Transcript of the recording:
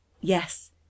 yes